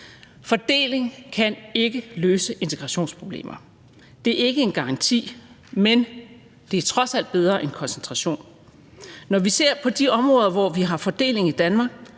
Fordeling kan ikke løse integrationsproblemer. Det er ikke en garanti, men det er trods alt bedre end koncentration. Når vi ser på de områder, hvor vi har fordeling i Danmark,